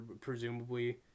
presumably